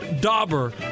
dauber